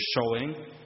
showing